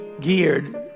geared